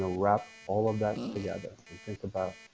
wrap all of that together think about